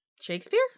Shakespeare